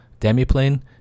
Demiplane